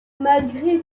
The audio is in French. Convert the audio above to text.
malgré